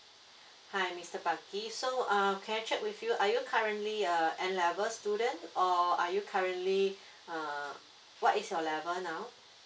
hi mister baki so err can I check with you are you currently err N level student or are you currently err what is your level now